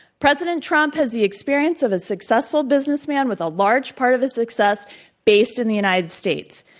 president trump has the experience of a successful businessman with a large part of his success based in the united states.